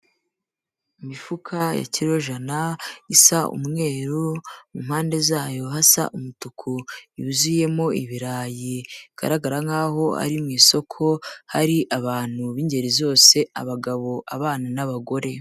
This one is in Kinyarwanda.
Imifuka ya kilojana isa umweru, mu mpande zayo hasa umutuku, yuzuyemo ibirayi bigaragara nkaho ari mu isoko, hari abantu b'ingeri zose abagabo, abana n'abagore.